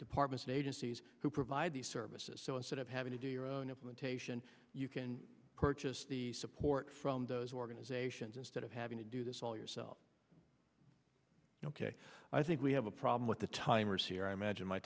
departments and agencies who provide these services so instead of having to do your own implementation you can purchase the support from those organizations instead of having to do this all yourself ok i think we have a problem with the timers here i imagine my